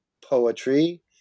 poetry